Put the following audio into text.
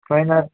final